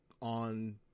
on